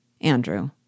Andrew